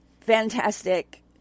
Fantastic